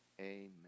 amen